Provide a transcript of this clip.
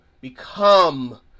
become